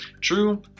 True